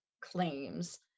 claims